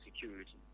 security